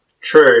True